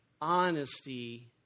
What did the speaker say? honesty